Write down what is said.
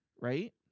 right